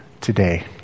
today